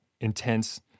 intense